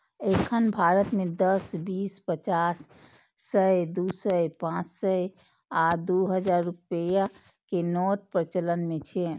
एखन भारत मे दस, बीस, पचास, सय, दू सय, पांच सय आ दू हजार रुपैया के नोट प्रचलन मे छै